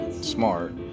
smart